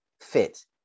fit